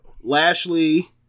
Lashley